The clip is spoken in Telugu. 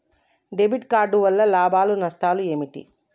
డెబిట్ కార్డు వల్ల లాభాలు నష్టాలు ఏమిటి?